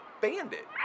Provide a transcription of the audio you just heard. Bandit